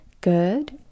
good